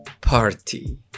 Party